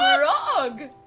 grog!